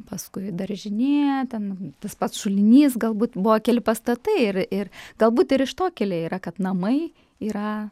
paskui daržinė ten tas pats šulinys galbūt buvo keli pastatai ir ir galbūt ir iš to kilę yra kad namai yra